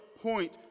point